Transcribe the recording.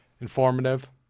informative